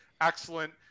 excellent